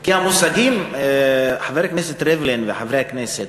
כי המושגים, חבר הכנסת ריבלין וחברי הכנסת,